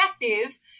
effective